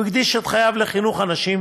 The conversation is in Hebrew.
הוא הקדיש את חייו לחינוך אנשים,